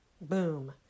boom